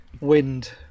Wind